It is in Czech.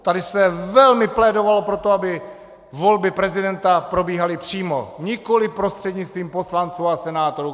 Tady se velmi plédovalo pro to, aby volby prezidenta probíhaly přímo, nikoli prostřednictvím poslanců a senátorů.